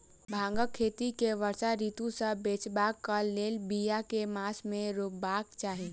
भांगक खेती केँ वर्षा ऋतु सऽ बचेबाक कऽ लेल, बिया केँ मास मे रोपबाक चाहि?